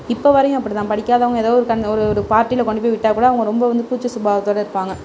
இப்போ வரையும் அப்படித்தான் படிக்காதவங்க ஏதோ ஒரு கன் ஏதோ ஒரு பார்ட்டில் கொண்டு போய் விட்டால் கூட ரொம்ப வந்து கூச்ச சுபாவடத்தோடய இருப்பாங்க